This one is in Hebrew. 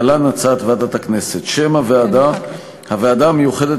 להלן הצעת ועדת הכנסת: שם הוועדה: הוועדה המיוחדת